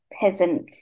Peasant